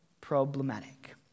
problematic